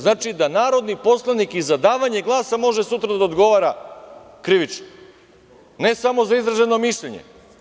Znači da i narodni poslanik za davanje glasa može sutra da odgovara krivično, ne samo za izraženo mišljenje.